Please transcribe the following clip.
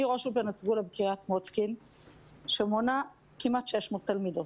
אני ראש אולפנת סגולה בקרית מוצקין שמונה כמעט 600 תלמידות,